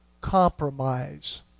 compromise